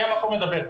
היה מקום לדבר.